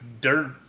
dirt